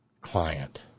client